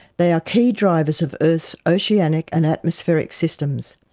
they are key drivers of earth's oceanic and atmospheric systems.